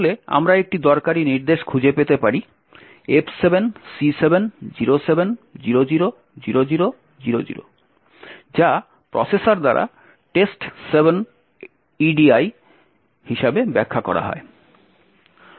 তাহলে আমরা একটি দরকারী নির্দেশ খুঁজে পেতে পারি F7 C7 07 00 00 00 যা প্রসেসর দ্বারা test 7 edi হিসাবে ব্যাখ্যা করা হয়